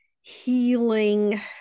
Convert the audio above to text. healing